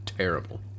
terrible